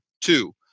Two